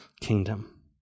Kingdom